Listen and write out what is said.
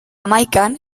hamaikan